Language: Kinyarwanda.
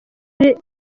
real